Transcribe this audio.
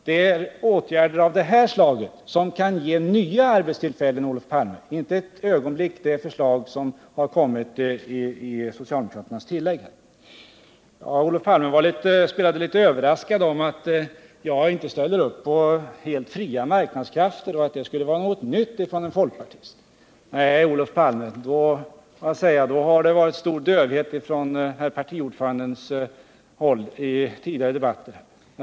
Det är åtgärder av det här slaget som kan ge nya arbetstillfällen, Olof Palme, inte förslaget i socialdemokraternas tillägg. Olof Palme spelade litet överraskad över att jag inte ställer upp för helt fria marknadskrafter och menade att detta skulle var någonting nytt för en folkpartist. Nej, Olof Palme, då har partiordföranden visat stor dövhet vid tidigare debatter.